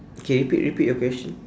K repeat repeat your question